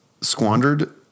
squandered